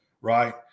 right